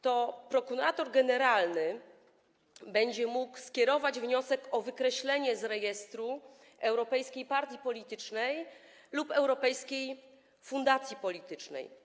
To prokurator generalny będzie mógł skierować wniosek o wykreślenie z rejestru europejskiej partii politycznej lub europejskiej fundacji politycznej.